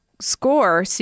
score